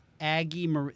Aggie